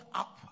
up